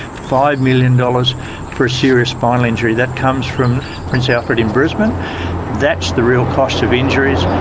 five million dollars for a serious spinal injury. that comes from prince alfred in brisbane that's the real cost of injuries,